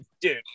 Dude